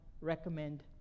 recommend